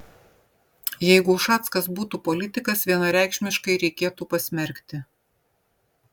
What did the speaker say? jeigu ušackas būtų politikas vienareikšmiškai reikėtų pasmerkti